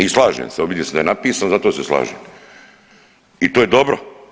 I slažem se, vidi se da je napisano, zato se slažem i to je dobro.